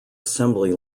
assembly